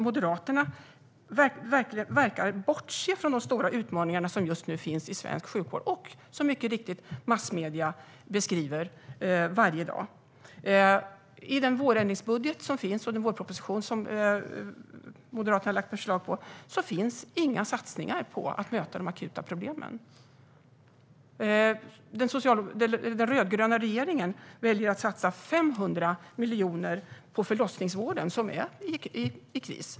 Moderaterna verkar bortse från de stora utmaningar som just nu finns i svensk sjukvård och som massmedierna mycket riktigt beskriver varje dag. I den motion som Moderaterna har skrivit med anledning av vårändringsbudgeten och vårpropositionen finns inga satsningar som möter de akuta problemen. Den rödgröna regeringen väljer att satsa 500 miljoner på förlossningsvården, som är i kris.